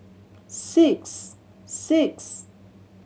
six six